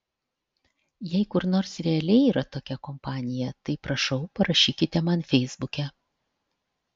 jei kur nors realiai yra tokia kompanija tai prašau parašykite man feisbuke